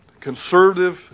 conservative